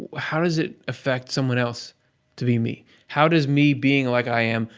how does it affect someone else to be me? how does me being like i am,